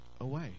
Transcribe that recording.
away